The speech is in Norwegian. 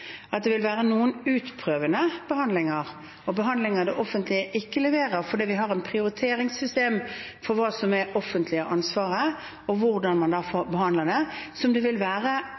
at det vil være noen utprøvende behandlinger og behandlinger det offentlige ikke leverer, fordi vi har et prioriteringssystem for hva som er det offentlige ansvaret, og hvordan man da behandler det. Det vil alltid være